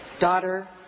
daughter